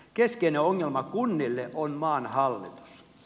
keskeinen ongelma kunnille on maan hallitus